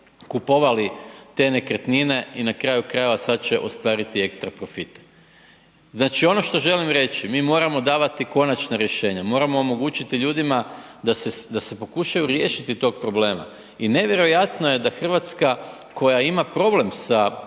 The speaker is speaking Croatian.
kupovali te nekretnine i na kraju krajeva sad će ostvariti ekstra profit. Znači ono što želim reći, mi moramo davati konačna rješenja, moramo omogućiti ljudima da se pokušaju riješiti tog problema i nevjerojatno je da RH koja ima problem sa